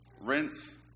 Rinse